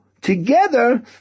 together